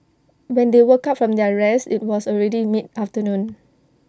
when they woke up from their rest IT was already mid afternoon